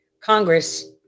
Congress